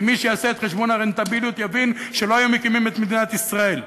כי מי שיעשה את חשבון הרנטביליות יבין שלא היו מקימים את מדינת ישראל,